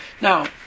Now